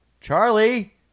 Charlie